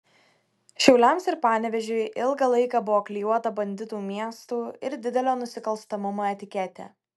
šiauliams ir panevėžiui ilgą laiką buvo klijuota banditų miestų ir didelio nusikalstamumo etiketė